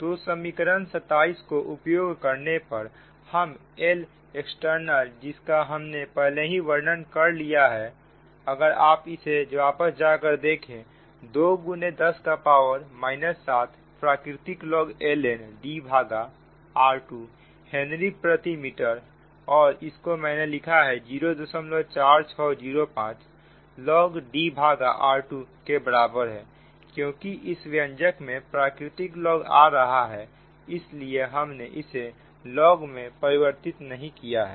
तो समीकरण 27 को उपयोग करने पर हम Lextजिसका हमने पहले ही वर्णन कर लिया है अगर आप इसे वापस जाकर देखें 2 गुने 10 का पावर 7 प्राकृतिक लॉग ln D भागा r2 हेनरी प्रति मीटर और इसको मैंने लिखा है 04605 log D भागा r2 के बराबर है क्योंकि इस व्यंजक में प्राकृतिक लॉग आ रहा है इस लिए हमने इसे log मे परिवर्तित नहीं किया है